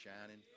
shining